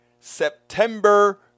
September